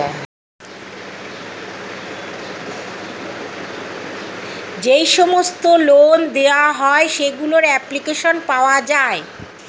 যে সমস্ত লোন দেওয়া হয় সেগুলোর অ্যাপ্লিকেশন পাওয়া যায়